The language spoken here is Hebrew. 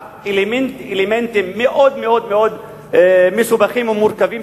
אלמנטים מאוד מאוד מאוד מסובכים ומורכבים,